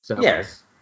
Yes